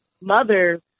mother